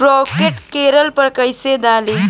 Pocket करेला पर कैसे डाली?